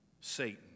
Satan